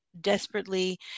desperately